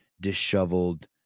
disheveled